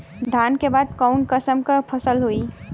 धान के बाद कऊन कसमक फसल होई?